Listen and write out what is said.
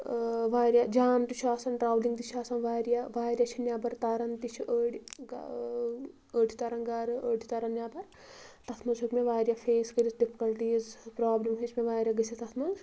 واریاہ جَام تہِ چھُ آسان ٹریولِنگ تہِ چھِ آسان واریاہ واریاہ چھِ نیبَر تران تہِ چھُِ أڑۍ أڑۍ چھِ تران گرٕ أڑۍ چھِ ترن نیبر تتھ منٛز ہیوٚک مےٚ واریاہ فیس کرتھ ڈِفکَلٹیٖز پرابلِم ہیچ مےٚ واریاہ گژھتھ تتھ منٛز